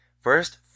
First